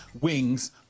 wings